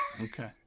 okay